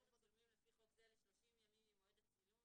את הצילומים לפי חוק זה ל-30 ימים ממועד הצילום,